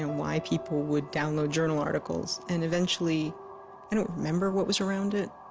ah why people would donwload journal articles, and eventually i don't remember what was around it